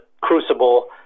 crucible